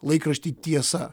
laikraštį tiesa